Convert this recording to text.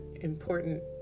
important